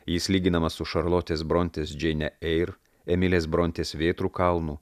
jis lyginamas su šarlotės brontės džeine eir emilės brontės vėtrų kalnu